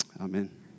Amen